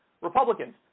Republicans